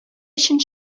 өчен